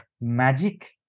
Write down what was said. magic